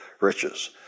riches